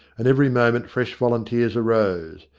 and every moment fresh volunteers arose.